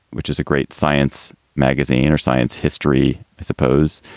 which is a great science magazine or science history, i suppose,